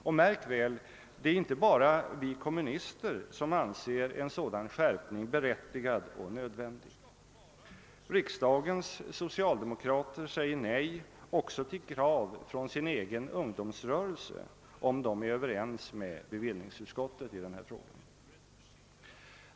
Och märk väl att det inte bara är vi kommunister som anser en sådan skärpning berättigad och nödvändig. Riksdagens socialdemokrater säger nej också till krav från sin egen ungdomsrörelse, om de är överens med bevillningsutskottet i denna fråga.